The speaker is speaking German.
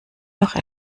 noch